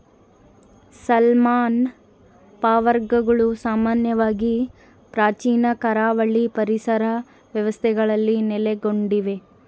salmon ಫಾರ್ಮ್ಗಳು ಸಾಮಾನ್ಯವಾಗಿ ಪ್ರಾಚೀನ ಕರಾವಳಿ ಪರಿಸರ ವ್ಯವಸ್ಥೆಗಳಲ್ಲಿ ನೆಲೆಗೊಂಡಿವೆ